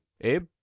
Abe